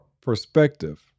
perspective